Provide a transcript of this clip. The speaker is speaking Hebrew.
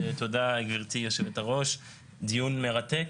תודה גברתי, היו"ר, הדיון מרתק,